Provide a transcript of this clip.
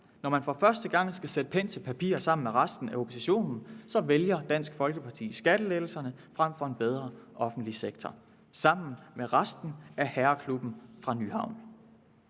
når man for første gang skal sætte pen til papir sammen med resten af oppositionen, vælger skattelettelserne frem for en bedre offentlig sektor, altså sammen med resten af herreklubben fra Nyhavn.